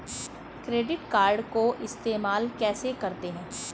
Credit card को इस्तेमाल कैसे करते हैं?